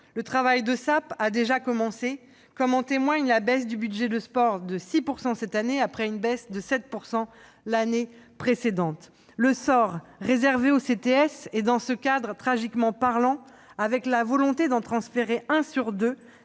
Le travail de sape a déjà commencé, comme en témoigne la baisse du budget du sport de 6 % cette année, après une baisse de 7 % l'année précédente. Le sort réservé aux CTS est, dans ce cadre, tragiquement parlant : le Gouvernement veut transférer un CTS sur deux